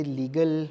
legal